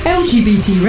lgbt